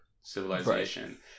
civilization